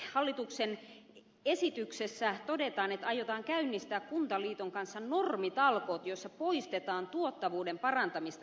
tuossa hallituksen esityksessä todetaan että aiotaan käynnistää kuntaliiton kanssa normitalkoot jossa poistetaan tuottavuuden parantamista estäviä normeja